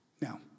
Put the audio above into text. Now